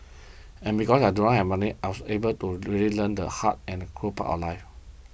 and because I do not have money I was able to really learn the hard and cruel part of life